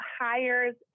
hires